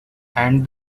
and